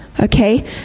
Okay